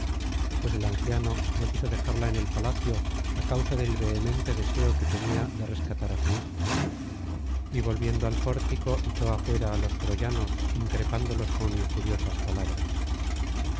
pues el anciano no quiso dejarla en el palacio á causa del vehemente deseo que tenía de rescatar á áu hijo y volviendo al pórtico echó afuera á los troyanos increpándolos con injuriosas palabras